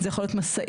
זה יכול להיות משאית,